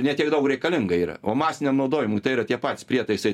ne tiek daug reikalinga yra o masiniam naudojimui tai yra tie pats prietaisai